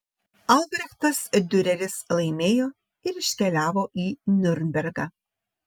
albrechtas diureris laimėjo ir iškeliavo į niurnbergą